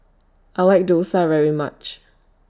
I like Thosai very much